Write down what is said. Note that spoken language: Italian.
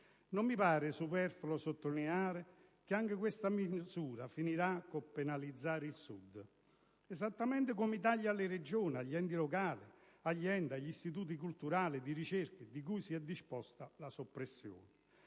Non mi pare superfluo sottolineare che anche questa misura finirà col penalizzare il Sud. Esattamente come i tagli alle Regioni, agli enti locali e agli enti e istituti culturali e di ricerca di cui si è disposta la soppressione.